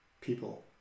people